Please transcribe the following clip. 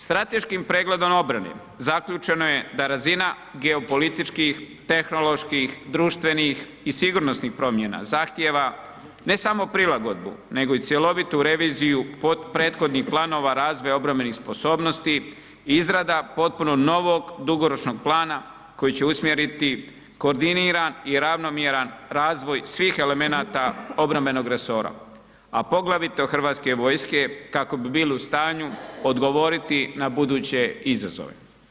Strateškim pregledom obrane zaključeno je da razina geopolitičkih, tehnoloških, društvenih i sigurnosnih promjena zahtjeva ne samo prilagodbu, nego i cjelovitu reviziju prethodnih planova razvoja obrambenih sposobnosti, izrada potpuno novog dugoročnog plana koji će usmjeriti koordiniran i ravnomjeran razvoj svih elemenata obrambenog resora, a poglavito HV-a kako bi bili u stanju odgovoriti na buduće izazove.